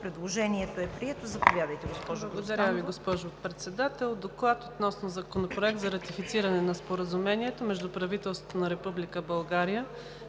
Предложението е прието. Заповядайте, госпожо Грозданова.